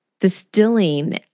Distilling